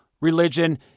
religion